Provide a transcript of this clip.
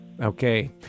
Okay